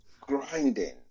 grinding